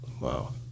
wow